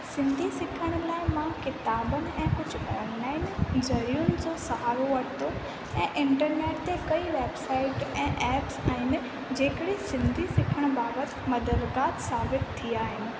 सिंधी सिखण लाइ मां किताबनि ऐं कुझु ऑनलाईन ज़रियुनि जो सहारो वरितो ऐं इंटरनेट ते कई वेबसाईट ऐं एप्स आहिनि जेके सिंधी सिखणु बाबति मददगार साबित थिया आहिनि